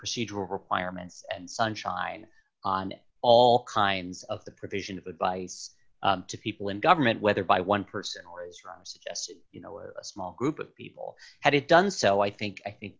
procedural requirements and sunshine on all kinds of the provision of advice to people in government whether by one person or a small group of people had it done so i think i think